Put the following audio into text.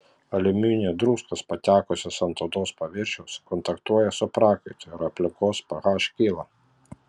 aliuminio druskos patekusios ant odos paviršiaus kontaktuoja su prakaitu ir aplinkos ph kyla